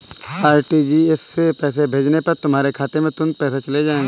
RTGS से पैसे भेजने पर तुम्हारे खाते में तुरंत पैसे चले जाएंगे